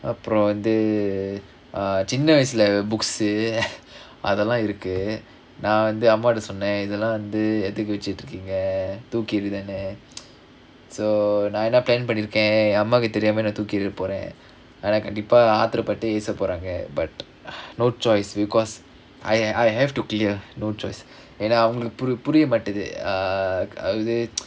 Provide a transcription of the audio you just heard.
அப்புறம் வந்து சின்ன வயசுல:appuram vanthu chinna vayasula books அதெல்லாம் இருக்கு நா வந்து அம்மாட்ட சொன்ன இதெல்லா வந்து எதுக்கு வெச்சுட்டு இருக்கீங்க தூக்கி எறியதானே:athellaam irukku naa vanthu ammatta sonna ithellaa vanthu ethukku vachuttu irukkeenga thooki eriyathaanae so என்ன:enna plan பண்ணிருக்கேன் என் அம்மாக்கு தெரியாம நா தூக்கி எறிய போறேன் ஆனா கண்டிப்பா ஆத்தரபட்டு ஏச போறாங்க:pannirukkaen en ammakku theriyaama naa thooki eriya poraen aanaa kandippaa aatharapattu aesa poraanga but no choice because I have to clear no choice ஏனா அவங்களுக்கு புரிய மாட்டிகுது அதாவது:yaenaa avangalukku puriya maattikuthu athavathu